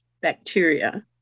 bacteria